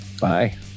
Bye